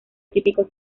típico